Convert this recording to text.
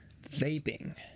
vaping